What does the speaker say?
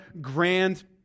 grand